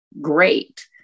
great